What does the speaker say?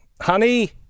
honey